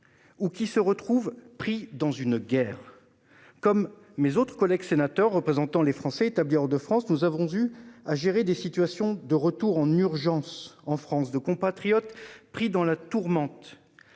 ou qui se retrouvent pris dans une guerre ? Mes collègues sénateurs représentant les Français établis hors de France et moi-même avons eu à gérer des situations de retour en urgence en France de compatriotes pris dans la tourmente.